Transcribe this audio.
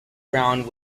brown